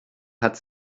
hat